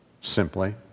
simply